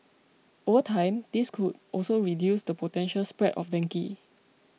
over time this could also reduce the potential spread of dengue